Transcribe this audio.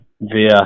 via